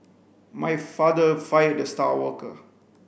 my father fired the star worker